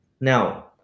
Now